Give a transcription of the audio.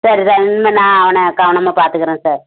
சரி சார் இனிமே நான் அவனை கவனமாக பார்த்துக்குறேன் சார்